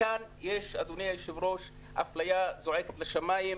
אדוני היושב-ראש, כאן יש הפליה זועקת לשמים.